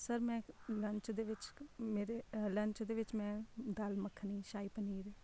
sir ਮੈਂ lunch ਦੇ ਵਿੱਚ ਮੇਰੇ ਲੰਚ ਦੇ ਵਿੱਚ ਮੈਂ ਦਾਲ ਮੱਖਣੀ ਸ਼ਾਹੀ ਪਨੀਰ